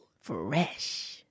Fresh